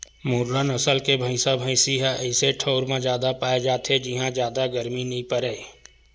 मुर्रा नसल के भइसा भइसी ह अइसे ठउर म जादा पाए जाथे जिंहा जादा गरमी नइ परय